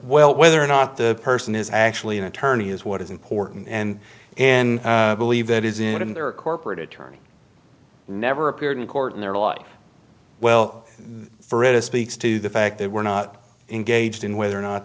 well whether or not the person is actually an attorney is what is important and and believe that is in their corporate attorney never appeared in court in their life well for it is speaks to the fact they were not engaged in whether or not